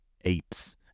apes